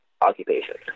occupation